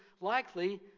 likely